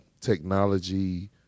technology